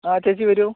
ആ ചേച്ചി വരൂ